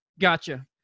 Gotcha